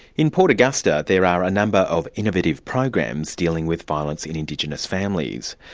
in port augusta there are a number of innovative programs dealing with violence in indigenous families.